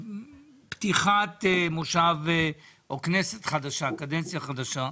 בפתיחת כנסת חדשה, קדנציה חדשה,